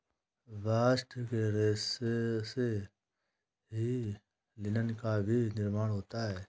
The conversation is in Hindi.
बास्ट के रेशों से ही लिनन का भी निर्माण होता है